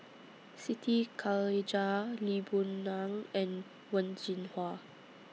Siti Khalijah Lee Boon Ngan and Wen Jinhua